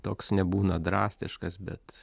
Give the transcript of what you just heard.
toks nebūna drastiškas bet